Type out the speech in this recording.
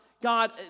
God